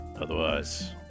Otherwise